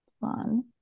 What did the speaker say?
fun